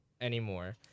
anymore